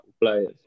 players